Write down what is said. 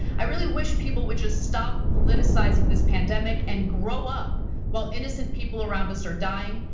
i really wish people would just stop politicizing this pandemic and grow up while innocent people around us are dying.